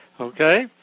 okay